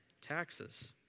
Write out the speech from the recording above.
Taxes